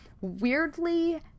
weirdly